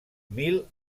mil